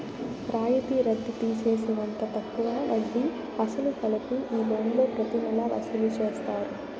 రాయితీ రద్దు తీసేసినంత తక్కువ వడ్డీ, అసలు కలిపి ఈ లోన్లు ప్రతి నెలా వసూలు చేస్తారు